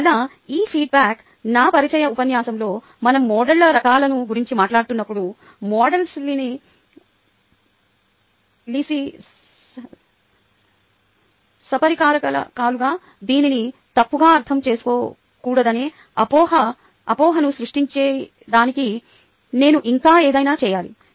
అందువల్ల ఈ ఫీడ్బ్యాక్ నా పరిచయ ఉపన్యాసంలో మనం మోడళ్ల రకాలను గురించి మాట్లాడుతున్నప్పుడు మోడల్స్ తెలిసిన పరికరాల రకాలుగా దీనిని తప్పుగా అర్థం చేసుకోకూడదనే ఈ అపోహను స్పష్టం చేయడానికి నేను ఇంకా ఏదైనా చేయాలి